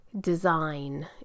design